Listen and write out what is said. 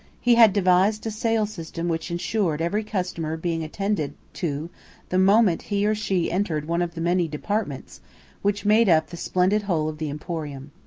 he had devised a sale system which ensured every customer being attended to the moment he or she entered one of the many departments which made up the splendid whole of the emporium.